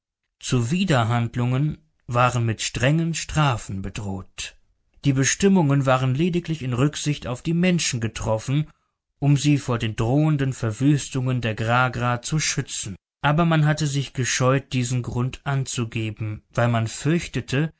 benutzen zuwiderhandlungen waren mit strengen strafen bedroht die bestimmungen waren lediglich in rücksicht auf die menschen getroffen um sie vor den drohenden verwüstungen der gragra zu schützen aber man hatte sich gescheut diesen grund anzugeben weil man fürchtete